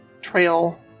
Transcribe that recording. trail